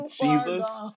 Jesus